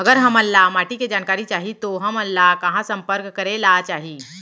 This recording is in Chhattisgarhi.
अगर हमन ला माटी के जानकारी चाही तो हमन ला कहाँ संपर्क करे ला चाही?